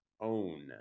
own